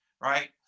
Right